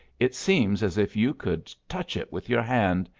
it seems as if you could touch it with your hand,